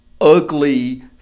ugly